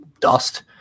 dust